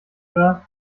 oder